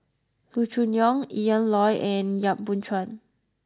Loo Choon Yong Ian Loy and Yap Boon Chuan